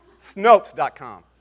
Snopes.com